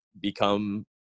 become